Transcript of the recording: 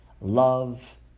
love